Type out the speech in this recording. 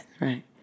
Right